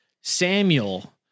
Samuel